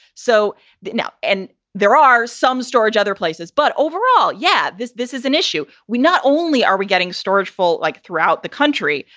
so now and there are some storage other places. but overall, yeah, this this is an issue. we not only are we getting storage full like throughout the country.